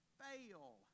fail